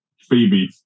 Phoebe